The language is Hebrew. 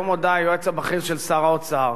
היום הודה היועץ הבכיר של שר האוצר